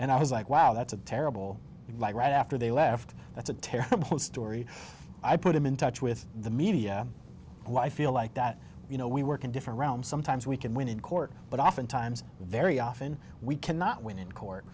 and i was like wow that's a terrible like right after they left that's a terrible story i put him in touch with the media why i feel like that you know we work in different realms sometimes we can win in court but oftentimes very often we cannot win in court